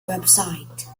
website